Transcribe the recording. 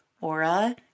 Aura